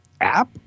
app